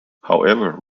however